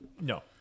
No